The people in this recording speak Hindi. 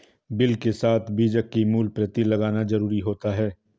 बिल के साथ बीजक की मूल प्रति लगाना जरुरी होता है